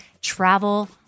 travel